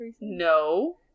No